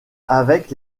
avec